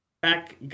back